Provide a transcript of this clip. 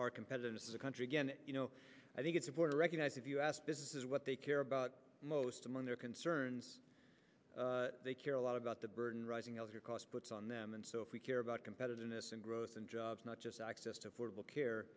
our competitiveness is a country again you know i think it's important recognize if you ask businesses what they care about most among their concerns they care a lot about the burden rising health care cost puts on them and so if we care about competitiveness and growth and jobs not just access to affordable care